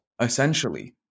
essentially